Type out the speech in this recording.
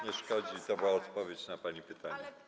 Nie szkodzi, to była odpowiedź na pani pytanie.